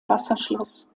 wasserschloss